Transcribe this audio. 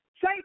Say